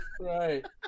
Right